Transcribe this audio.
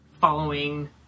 following